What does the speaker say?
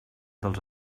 dels